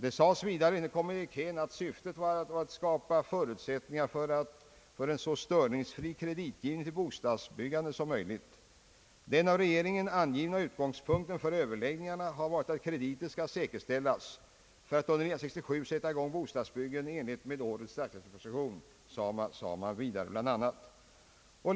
Det sades vidare i kommunikén, att syftet var att skapa förutsättningar för en så störningsfri kreditgivning till bodstadsbyggandet som möjligt. Den av regeringen angivna utgångspunkten för överläggningarna har varit att krediter skall säkerställas för att under 1967 sätta i gång bostadsbyggen i enlig het med årets statsverksproposition, sades det vidare bl.a.